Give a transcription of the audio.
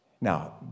Now